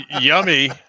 yummy